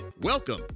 Welcome